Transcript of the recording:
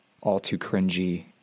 all-too-cringy